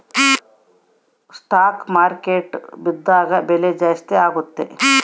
stock market ಬಿದ್ದಾಗ ಬೆಲೆ ಜಾಸ್ತಿ ಆಗುತ್ತೆ